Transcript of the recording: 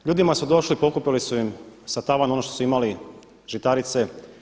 Ljudima su došli i pokupili su im sa tavana ono što su imali žitarice.